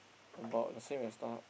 about the same as StarHub